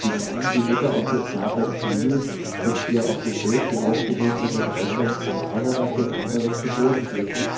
wie dann die mutter auf den vater zulief und ihr auf dem weg die aufgebundenen röcke einer nach dem anderen zu boden glitten